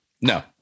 No